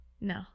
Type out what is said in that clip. No